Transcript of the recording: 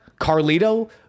Carlito